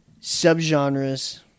subgenres